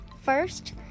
first